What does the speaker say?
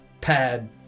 pad